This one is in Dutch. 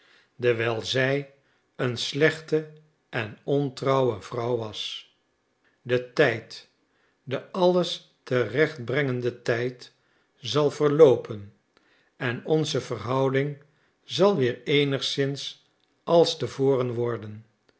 dewijl zij een slechte en ontrouwe vrouw was de tijd de alles terechtbrengende tijd zal verloopen en onze verhouding zal weer eenigszins als te voren worden